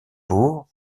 pour